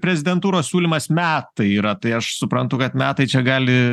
prezidentūros siūlymas metai yra tai aš suprantu kad metai čia gali